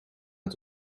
het